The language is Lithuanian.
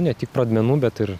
ne tik pradmenų bet ir